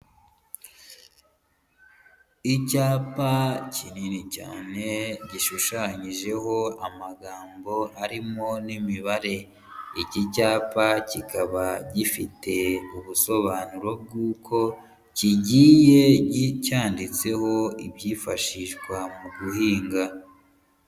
Icyapa kinini cyane gishushanyijeho amagambo arimo n'imibare. Iki cyapa kikaba gifite ubusobanuro bw'uko kigiye cyanditseho ibyifashishwa mu guhinga.